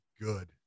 good